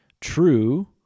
true